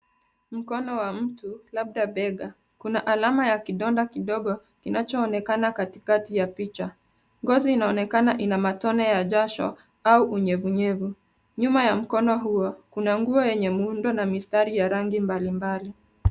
Mkono wa mtu, labda bega, kuna alama ya kidonda kidogo kinachoonekana katikati ya picha. Ngozi inaonekana ina matone ya jasho au unyevu unyevu. Nyuma ya mkono huo kuna nguo yenye muundo na mistari ya rangi mbali mbali